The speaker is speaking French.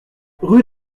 rue